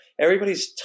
everybody's